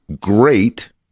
great